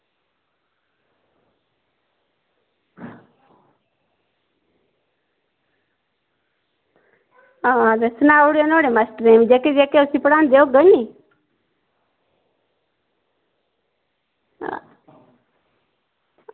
आं ते सुनाई ओड़ेओ नुहाड़े मास्टरें गी ते जेह्ड़े जेह्ड़े नुहाड़े मास्टर होङन नी